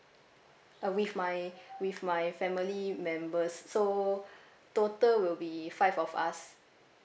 uh with my with my family members so total will be five of us